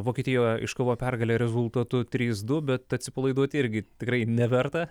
vokietijoje iškovojo pergalę rezultatu trys du bet atsipalaiduoti irgi tikrai neverta